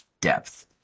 depth